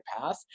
path